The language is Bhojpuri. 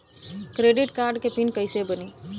क्रेडिट कार्ड के पिन कैसे बनी?